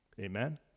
Amen